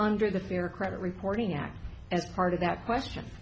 under the theory credit reporting act as part of that question